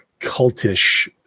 cultish